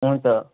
हुन्छ